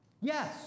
Yes